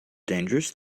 dangerous